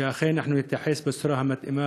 שאכן אנחנו נתייחס בצורה המתאימה